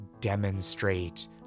demonstrate